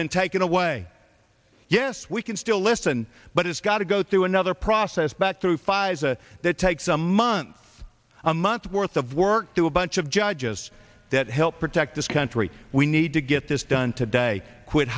been taken away yes we can still listen but it's got to go through another process back through pfizer that takes a month a month worth of work to a bunch of judges that help protect this country we need to get this done today quit